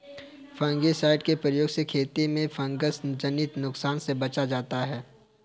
fungicide के प्रयोग से खेती में फँगसजनित नुकसान से बचा जाता है